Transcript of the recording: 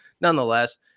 nonetheless